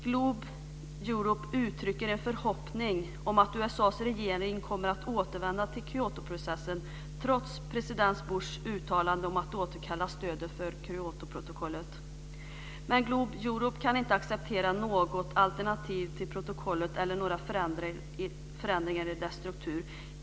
Globe Europe uttrycker en förhoppning om att USA:s regering kommer att återvända till Kyotoprocessen trots president Bushs uttalande om att återkalla stödet för Kyotoprotokollet. Men Globe Europe kan inte acceptera något alternativ till protokollet eller några förändringar i dess struktur.